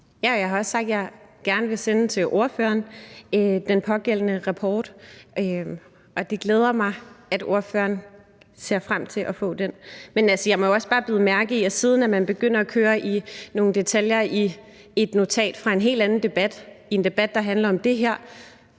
sende ordføreren den pågældende rapport, og det glæder mig, at ordføreren ser frem til at få den. Men jeg må også bare bide mærke i, at siden man begynder at køre rundt i nogle detaljer i et notat fra en helt anden debat end en debat, der handler om det her,